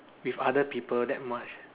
with other people that much